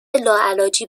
لاعلاجی